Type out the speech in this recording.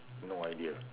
no idea